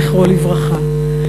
זכרו לברכה,